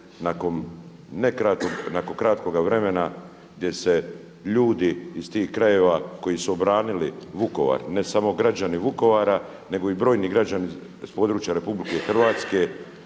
nakon kratkoga vremena gdje se ljudi iz tih krajeva koji su obranili Vukovar, ne samo građani Vukovara nego i brojni građani sa područja RH pa